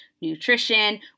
nutrition